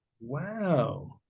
Wow